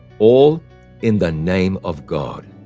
all in the name of god.